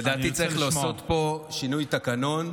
לדעתי צריך לעשות פה שינוי תקנון,